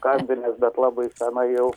kalbinęs bet labai senai jau